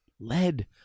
lead